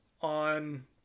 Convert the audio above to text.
on